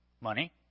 Money